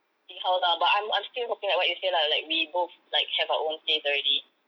see how lah but I'm I'm still hoping like what you said lah we both like have our own place already